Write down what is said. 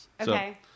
Okay